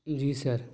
جی سر